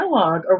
dialogue